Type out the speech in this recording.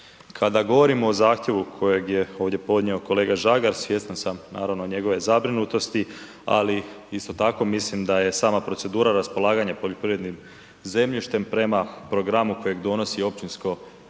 Kada govorimo o zahtjevu kojeg je ovdje podnio kolega Žagar, svjestan sam naravno, njegove zabrinutosti, ali isto tako, mislim da je sama procedura raspolaganja poljoprivrednim zemljištem prema programu kojeg donosi općinsko ili